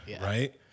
right